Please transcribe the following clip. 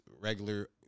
regular